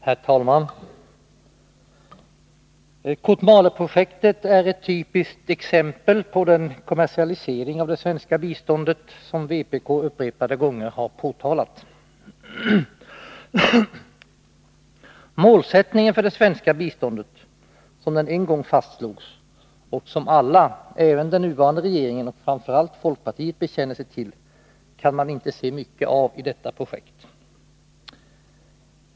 Herr talman! Kotmaleprojektet är ett typiskt exempel på den kommersialisering av det svenska biståndet som vpk upprepade gånger har påtalat. Målsättningen för det svenska biståndet, som den en gång fastslogs och som alla, även den nuvarande regeringen och framför allt folkpartiet bekänner sig till, kan man inte se mycket av i detta projekt.